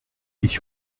ich